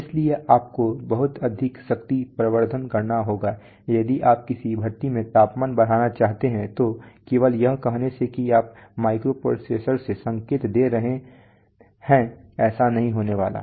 इसलिए आपको बहुत अधिक पावर एम्प्लीफिकेशन न करना होगा यदि आप किसी भट्टी में तापमान बढ़ाना चाहते हैं तो केवल यह कहने से कि आप माइक्रोप्रोसेसर से संकेत दे रहे हैं ऐसा नहीं होने वाला है